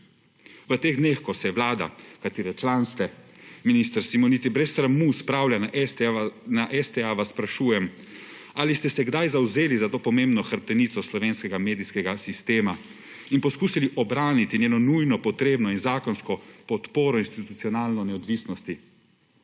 V teh dneh, ko se je Vlada, katere član ste, minister Simoniti, brez sramu spravili na STA, vas sprašujem, ali ste se kdaj zavzeli za to pomembno hrbtenico slovenskega medijskega sistema in poskusili obraniti njeno nujno potrebno in zakonsko podporo institucionalne neodvisnosti.